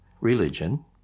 religion